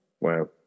wow